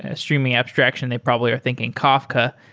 ah streaming abstraction, they probably are thinking kafka.